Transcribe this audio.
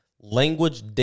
Language